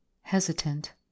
hesitant